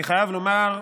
אני חייב לומר,